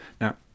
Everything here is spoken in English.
Now